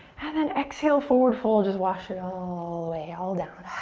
and then exhale, forward fold. just wash it all away, all down.